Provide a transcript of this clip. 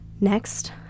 Next